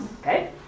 Okay